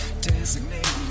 designate